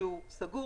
שהוא סגור.